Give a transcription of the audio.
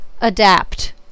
Adapt